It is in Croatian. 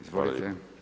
Izvolite.